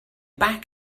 back